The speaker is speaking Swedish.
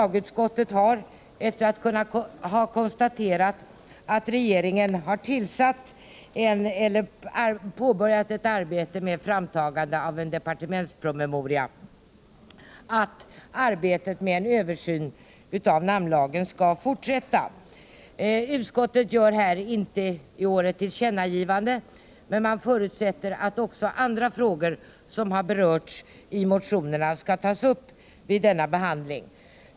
Lagutskottet har, med anledning av att regeringen har påbörjat ett arbete med framtagande av en departementspromemoria, kunnat konstatera att arbetet med översyn av namnlagen skall fortsätta. Utskottet gör i år inget tillkännagivande, men man förutsätter att också andra frågor som har berörts i motionerna skall tas upp vid denna behandling.